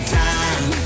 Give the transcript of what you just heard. time